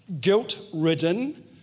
guilt-ridden